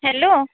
hello